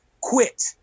quit